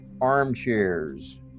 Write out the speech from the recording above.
armchairs